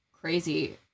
crazy